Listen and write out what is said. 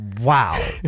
Wow